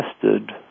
tested